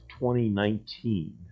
2019